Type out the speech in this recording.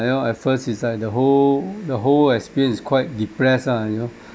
you know at first it's like the whole the whole experience is quite depressed lah you know